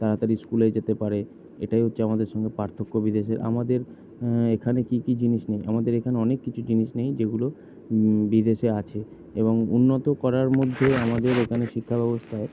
তাড়াতাড়ি স্কুলে যেতে পারে এটাই হচ্ছে আমাদের সঙ্গে পার্থক্য বিদেশের আমাদের এখানে কী কী জিনিস নেই আমাদের এখানে অনেক কিছু জিনিস নেই যেগুলো বিদেশে আছে এবং উন্নত করার মধ্যে আমাদের এখানে শিক্ষাব্যবস্থায়